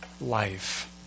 life